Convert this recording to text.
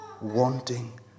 wanting